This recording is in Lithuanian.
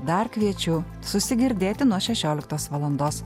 dar kviečiu susigirdėti nuo šešioliktos valandos